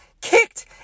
kicked